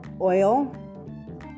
oil